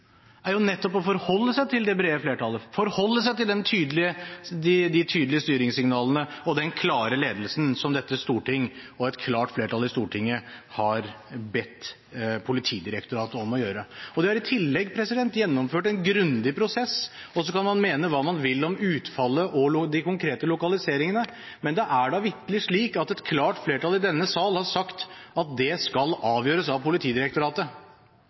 er jo nettopp å forholde seg til det brede flertallet, forholde seg til de tydelige styringssignalene og den klare ledelsen som dette storting, et klart flertall i Stortinget, har bedt Politidirektoratet om å gjøre. Det er i tillegg gjennomført en grundig prosess. Så kan man mene hva man vil om utfallet og de konkrete lokaliseringene, men det er da vitterlig slik at et klart flertall i denne sal har sagt at det skal avgjøres av Politidirektoratet.